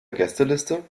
gästeliste